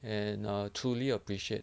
and err truly appreciate